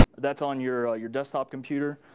that's on your ah your desktop computer.